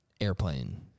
airplane